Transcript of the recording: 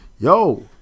yo